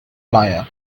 liar